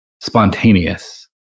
spontaneous